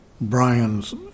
Brian's